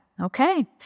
Okay